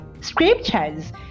scriptures